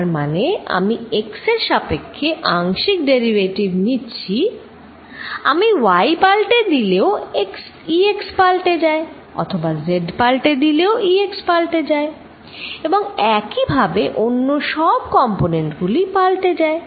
তার মানে আমি x এর সাপেক্ষে আংশিক ডেরিভেটিভ নিচ্ছি আমি y পাল্টে দিলেও Ex পাল্টে যায় অথবা z পাল্টে দিলেও Ex পাল্টে যায় এবং একইভাবে অন্য সব কম্পোনেন্ট গুলি পাল্টে যায়